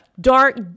dark